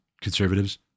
conservatives